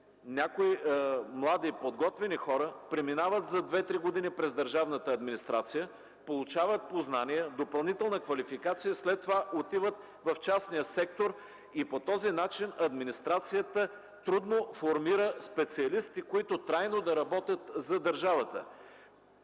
някои млади и подготвени хора преминават за две-три години през държавната администрация, получават познания, допълнителна квалификация, след това отиват в частния сектор и по този начин администрацията трудно формира специалисти, които трайно да работят за държавата.